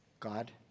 God